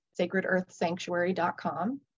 sacredearthsanctuary.com